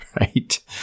right